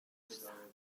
نیستم